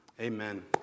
Amen